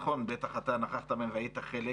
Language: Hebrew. נכון, נכחת בהם והיית חלק.